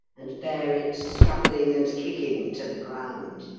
and bear it, struggling and kicking, to the ground.